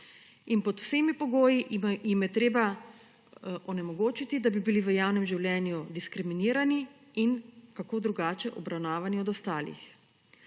in pod vsemi pogoji jim je treba onemogočiti, da bi bili v javnem življenju diskriminirani in kako drugače obravnavani od ostalih.